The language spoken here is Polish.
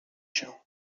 się